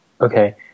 Okay